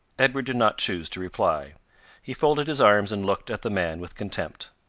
edward did not choose to reply he folded his arms and looked at the man with contempt.